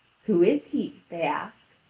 who is he? they ask.